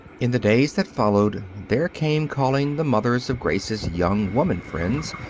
in the days that followed, there came calling the mothers of grace's young-women friends,